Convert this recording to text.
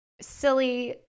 silly